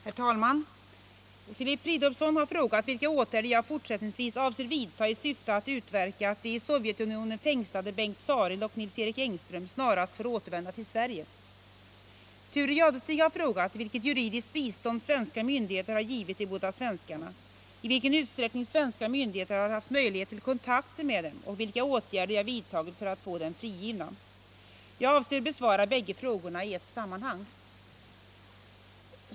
Herr talman! Filip Fridolfsson har frågat vilka åtgärder jag fortsättningsvis avser vidta i syfte att utverka att de i Sovjetunionen fängslade Bengt Sareld och Nils-Erik Engström snarast får återvända till Sverige. Thure Jadestig har frågat vilket juridiskt bistånd svenska myndigheter har givit de båda svenskarna, i vilken utsträckning svenska myndigheter haft möjligheter till kontakter med dem och vilka åtgärder jag vidtagit för att få dem frigivna. Jag avser att besvara bägge frågorna i ett sammanhang.